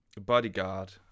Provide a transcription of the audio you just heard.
bodyguard